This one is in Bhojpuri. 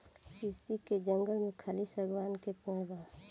शीशइ के जंगल में खाली शागवान के पेड़ बावे